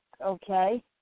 okay